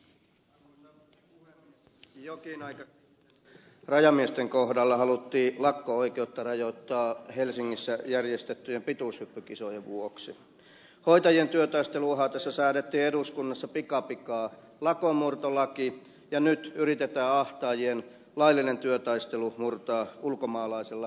jokin aika sitten rajamiesten kohdalla haluttiin lakko oikeutta rajoittaa helsingissä järjestettyjen pituushyppykisojen vuoksi hoitajien työtaistelun uhatessa säädettiin eduskunnassa pikapikaa lakonmurtolaki ja nyt yritetään ahtaajien laillinen työtaistelu murtaa ulkomaalaisella rikkurityövoimalla